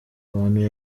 abantu